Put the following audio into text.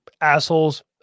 assholes